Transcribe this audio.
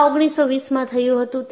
આ 1920 માં થયું હતું